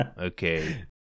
Okay